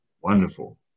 Wonderful